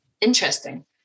interesting